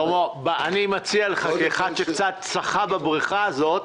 שלמה, אני מציע לך, כאחד שקצת שחה בבריכה הזאת,